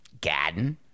Gadden